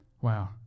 Wow